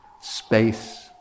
space